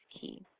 key